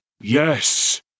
Yes